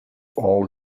all